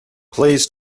please